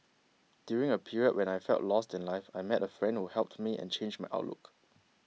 during a period when I felt lost in life I met a friend who helped me and changed my outlook